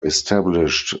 established